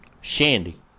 Shandy